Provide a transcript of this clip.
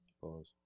Pause